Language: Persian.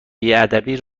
بیادبی